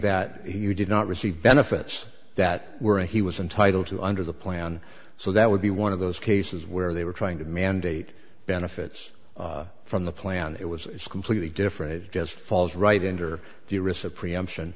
that he did not receive benefits that were and he was entitled to under the plan so that would be one of those cases where they were trying to mandate benefits from the plan it was it's completely different it just falls right into the risk of preemption